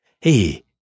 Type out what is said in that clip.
Hey